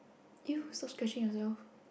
!ew! stop scratching yourself